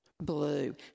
Blue